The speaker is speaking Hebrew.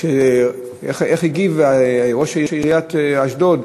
איך הגיב ראש עיריית אשדוד,